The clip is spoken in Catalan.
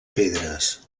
pedres